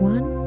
One